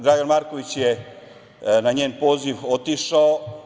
Dragan Marković je na njen poziv otišao.